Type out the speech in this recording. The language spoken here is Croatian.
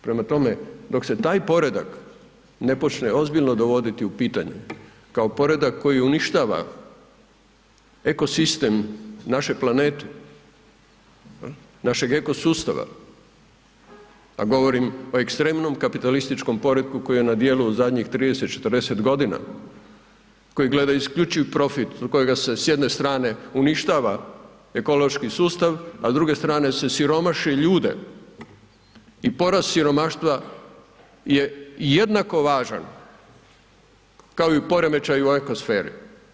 Prema tome, dok se taj poredak ne počne ozbiljno dovoditi pitanje kao poredak koji uništava eko sistem naše planete, našeg eko sustava, a govorim o ekstremnom kapitalističkom poretku koji je na djelu zadnjih 30, 40 godina koji gleda isključiv profit kojega se, s jedne strane uništava ekološki sustav, a s druge strane se siromaši ljude i porast siromaštva je jednako važan kao i poremećaji u eko sferi.